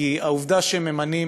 כי העובדה שממנים